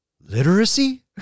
Literacy